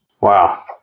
Wow